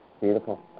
Beautiful